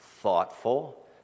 thoughtful